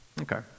Okay